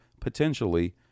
potentially